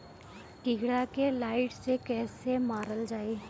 कीड़ा के लाइट से कैसे मारल जाई?